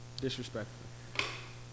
Disrespectful